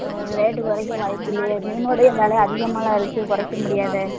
rate குறைக்க வாய்ப்பில்லையே மீனுடைய விலை அதிகமாவுல இருக்கு குறைக்க முடியாதே